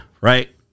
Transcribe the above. right